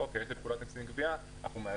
להשתמש בפקודת המסים (גבייה) במקום ניתוק וכך